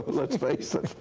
let's face it.